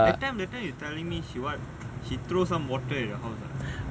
that time that time you telling me she what she throw some water at your house